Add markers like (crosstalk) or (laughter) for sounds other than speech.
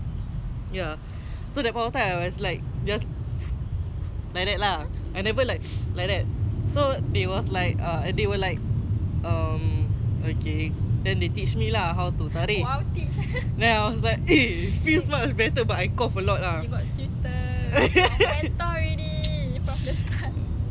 ya so that point of time I was like just like that lah I never like like that so they was like err and they were like um okay then they teach me lah how to tarik then I was like eh feels much better but I cough a lot lah (laughs)